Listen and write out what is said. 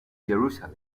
jerusalem